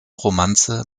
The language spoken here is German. romanze